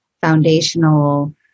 foundational